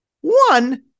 One